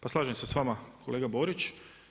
Pa slažem se s vama kolega Borić.